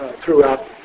throughout